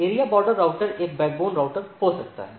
area border router एक backbone router हो सकता है